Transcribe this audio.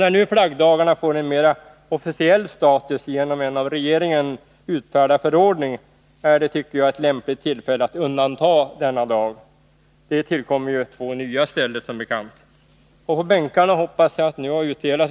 När nu flaggdagarna får en mera officiell status, genom en av regeringen utfärdad förordning, är det ett lämpligt tillfälle att undanta denna dag. Det tillkommer ju som bekant två nya i stället.